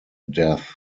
death